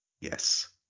Yes